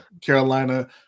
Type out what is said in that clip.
Carolina